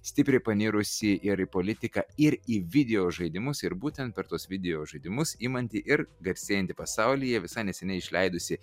stipriai panirusi ir į politiką ir į videožaidimus ir būtent per tuos videožaidimus imanti ir garsėjanti pasaulyje visai neseniai išleidusi